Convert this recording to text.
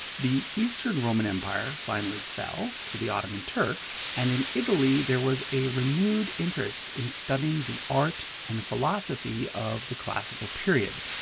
the eastern roman empire finally fell, to the ottoman turks, and in italy, there was a renewed interest in studying the art and philosophy of the classical period.